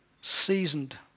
seasoned